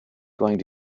going